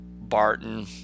Barton